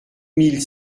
mille